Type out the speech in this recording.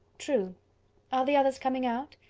true. are the others coming out?